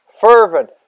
fervent